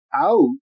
out